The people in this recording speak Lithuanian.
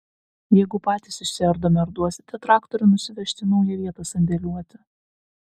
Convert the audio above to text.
jeigu patys išsiardome ar duosite traktorių nusivežti į naują vietą sandėliuoti